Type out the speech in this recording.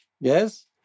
yes